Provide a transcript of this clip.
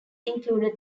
included